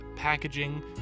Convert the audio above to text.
packaging